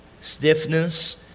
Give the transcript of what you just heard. stiffness